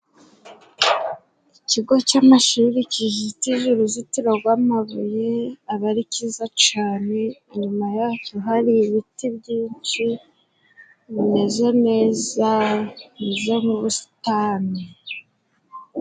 Ikigo cy'amashuri kizitije uruzitiro rw'amabuye aba ari cyiza cyane, inyuma yacyo hari ibiti byinshi bimeze neza bimeze nk'ubusitani.